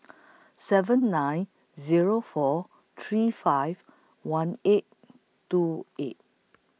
seven nine Zero four three five one eight two eight